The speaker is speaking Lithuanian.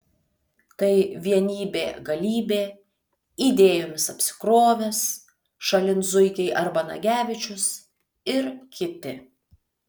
tai vienybė galybė idėjomis apsikrovęs šalin zuikiai arba nagevičius ir kiti